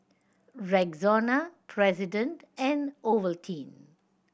Rexona President and Ovaltine